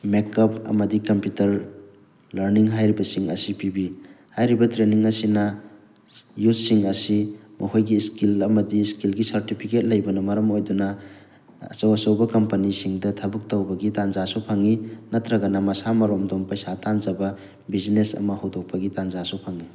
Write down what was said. makeup ꯑꯃꯗꯤ computer learning ꯍꯥꯏꯔꯤꯕꯁꯤꯡ ꯑꯁꯤ ꯄꯤꯕꯤ ꯍꯥꯏꯔꯤꯕ ꯇ꯭ꯔꯦꯟꯅꯤꯡ ꯑꯁꯤꯅ ꯌꯨꯠꯁꯤꯡ ꯑꯁꯤ ꯃꯈꯣꯏꯒꯤ ꯏꯁꯀꯤꯜ ꯑꯃꯗꯤ ꯏꯁꯀꯤꯜꯒꯤ ꯁꯥꯔꯇꯤꯐꯤꯀꯦꯠ ꯂꯩꯕꯅ ꯃꯔꯝ ꯑꯣꯏꯗꯨꯅ ꯑꯆꯧ ꯑꯆꯧꯕ ꯀꯝꯄꯅꯤꯁꯤꯡꯗ ꯊꯕꯛ ꯇꯧꯕꯒꯤ ꯇꯥꯟꯖꯥꯁꯨ ꯐꯪꯉꯤ ꯅꯠꯇ꯭ꯔꯒꯅ ꯃꯁꯥ ꯃꯔꯣꯝꯗꯣꯝ ꯄꯩꯁꯥ ꯇꯥꯟꯖꯕ ꯕꯤꯖꯤꯅꯦꯁ ꯑꯃ ꯍꯧꯗꯣꯛꯄꯒꯤ ꯇꯥꯟꯖꯥꯁꯨ ꯐꯪꯉꯤ